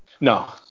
No